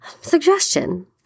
suggestion